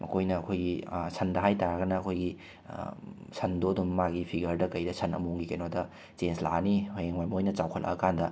ꯃꯈꯣꯏꯅ ꯑꯩꯈꯣꯏꯒꯤ ꯁꯟꯗ ꯍꯥꯏꯇꯥꯔꯒꯅ ꯑꯩꯈꯣꯏꯒꯤ ꯁꯟꯗꯣ ꯑꯗꯨꯝ ꯃꯥꯒꯤ ꯐꯤꯒꯔꯗ ꯀꯩꯗ ꯁꯟ ꯑꯃꯣꯝꯒꯤ ꯀꯩꯅꯣꯗ ꯆꯦꯟꯁ ꯂꯥꯛꯑꯅꯤ ꯍꯌꯦꯡꯋꯥꯏ ꯃꯣꯏꯅ ꯆꯥꯎꯈꯠꯂꯛꯑꯕꯀꯥꯟꯗ